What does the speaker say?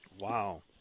Wow